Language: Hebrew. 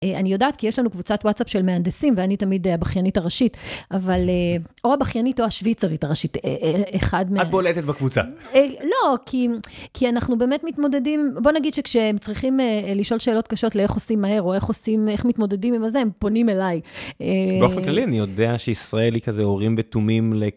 אני יודעת כי יש לנו קבוצת וואטסאפ של מהנדסים ואני תמיד הבכיינית הראשית, אבל או הבכיינית או השוויצרית הראשית. את בולטת בקבוצה. לא, כי אנחנו באמת מתמודדים, בוא נגיד שכשהם צריכים לשאול שאלות קשות לאיך עושים מהר, או איך עושים, איך מתמודדים עם הזה, הם פונים אליי. באופן כללי אני יודע שישראל היא כזה אורים ותומים ל...